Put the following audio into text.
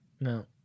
No